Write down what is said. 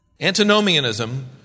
Antinomianism